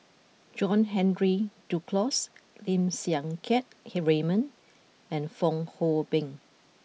John Henry Duclos Lim Siang Keat Raymond and Fong Hoe Beng